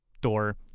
door